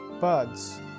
birds